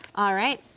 alright.